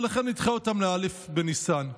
ולכן נדחה אותן לא' בניסן.